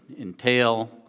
entail